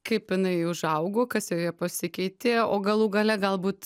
kaip jinai užaugo kas joje pasikeitė o galų gale galbūt